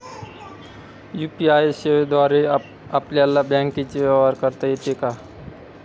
UPI सेवेद्वारे आपल्याला बँकचे व्यवहार करता येतात का?